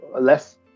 less